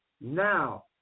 Now